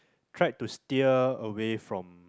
tried to steer away from